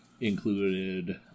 included